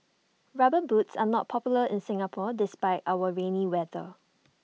rubber boots are not popular in Singapore despite our rainy weather